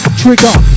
trigger